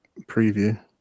preview